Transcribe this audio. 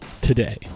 today